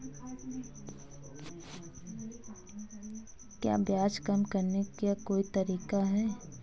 क्या ब्याज कम करने का कोई तरीका है?